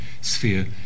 sphere